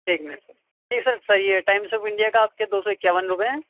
ایک minute sir جی sir صحیح ہے ٹائمس آف انڈیا کا آپ کے دو سو اکیاون روپیے ہیں